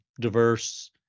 diverse